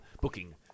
booking